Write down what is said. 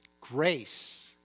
Grace